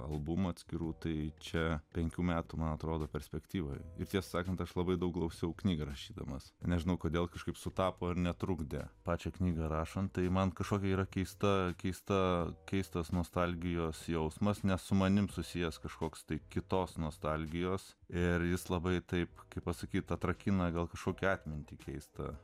albumo atskirų tai čia penkių metų man atrodo perspektyvai ir tiesą sakant aš labai daug klausiau knygą rašydamas nežinau kodėl kažkaip sutapo ir netrukdė pačią knygą rašant man kažkokia yra keista keista keistas nostalgijos jausmas nes su manimi susijęs kažkoks tai kitos nostalgijos ir jis labai taip kaip pasakyti atrakina gal kažkokia atmintį keista